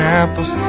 apples